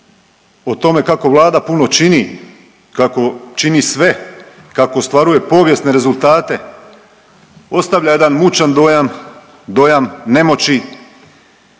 o tome kako Vlada puno čini, kako čini sve, kako ostvaruje povijesne rezultate ostavlja jedan mučan dojam, dojam nemoći